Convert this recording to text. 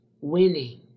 winning